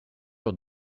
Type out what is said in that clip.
sur